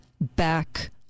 back